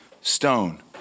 stone